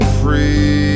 free